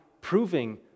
proving